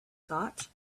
thought